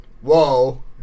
whoa